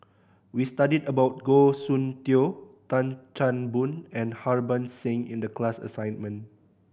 we studied about Goh Soon Tioe Tan Chan Boon and Harbans Singh in the class assignment